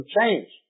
change